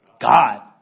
God